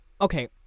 Okay